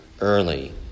early